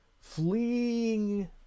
Fleeing